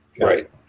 Right